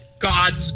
God's